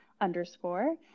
underscore